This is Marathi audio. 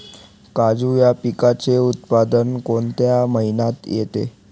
काजू या पिकाचे उत्पादन कोणत्या महिन्यात येते?